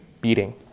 beating